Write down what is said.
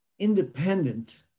Independent